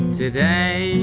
today